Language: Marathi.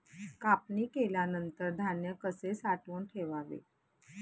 कापणी केल्यानंतर धान्य कसे साठवून ठेवावे?